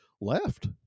left